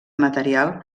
material